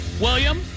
William